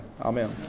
Amen